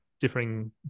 differing